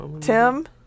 Tim